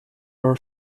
are